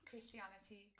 Christianity